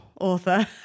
author